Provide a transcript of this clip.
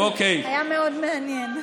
היה מאוד מעניין.